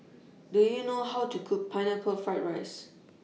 Do YOU know How to Cook Pineapple Fried Rice